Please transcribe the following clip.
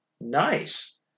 nice